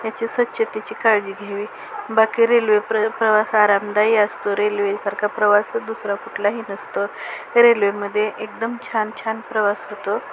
याची स्वच्छतेची काळजी घ्यावी बाकी रेल्वे प्र प्रवास आरामदायी असतो रेल्वेसारखा प्रवास दुसरा कुठलाही नसतो रेल्वेमध्ये एकदम छान छान प्रवास होतो